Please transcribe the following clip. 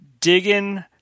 Digging